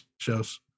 shows